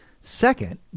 Second